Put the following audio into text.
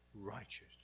righteous